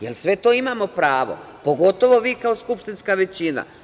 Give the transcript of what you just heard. Jel, sve to imamo pravo, pogotovo vi kao skupštinska većina.